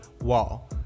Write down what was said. wall